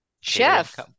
chef